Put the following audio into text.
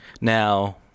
Now